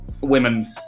Women